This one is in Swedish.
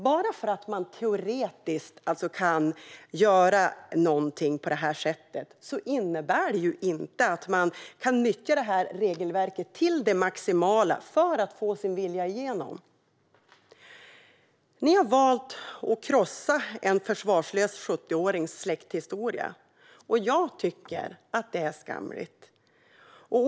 Bara för att man teoretiskt kan göra någonting på det här sättet innebär det inte att man kan nyttja regelverket till det maximala för att få sin vilja igenom. Ni valt att krossa en försvarslös 70-årings släkthistoria. Jag tycker att det är skamligt.